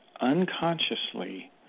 unconsciously